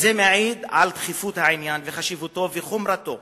וזה מעיד על דחיפות העניין וחשיבותו וחומרתו